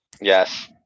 Yes